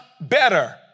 better